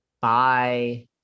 Bye